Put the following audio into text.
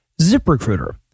ZipRecruiter